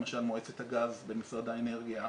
למשל מועצת הגז במשרד האנרגיה,